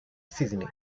sídney